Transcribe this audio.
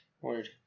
word